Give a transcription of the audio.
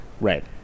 Right